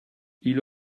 ils